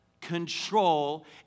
control